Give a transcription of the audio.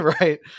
right